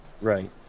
Right